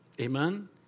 Amen